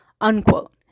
unquote